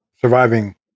surviving